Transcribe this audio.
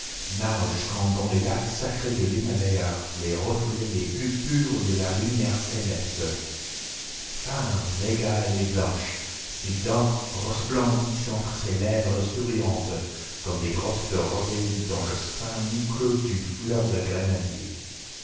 nagent comme dans les lacs sacrés de l'himalaya les reflets les plus purs de la lumière céleste fines égales et blanches ses dents resplendissent entre ses lèvres souriantes comme des gouttes de rosée dans le sein mi-clos d'une fleur de grenadier